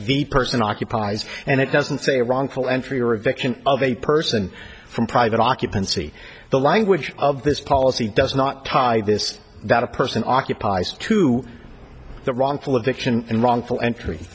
the person occupies and it doesn't say wrongful entry or eviction of a person from private occupancy the language of this policy does not tie this that a person occupies to the wrongful addiction and wrongful entry